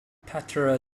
pantera